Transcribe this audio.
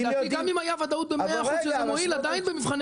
לדעתי גם אם היה ודאות במאה אחוז שזה מועיל עדיין במבחני